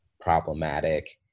problematic